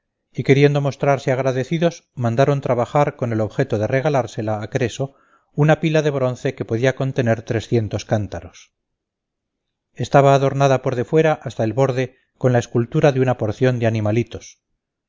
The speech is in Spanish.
y queriendo mostrarse agradecidos mandaron trabajar con el objeto de regalársela a creso una pila de bronce que podía contener trescientos cántaros estaba adornada por defuera hasta el borde con la escultura de una porción de animalitos